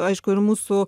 aišku ir mūsų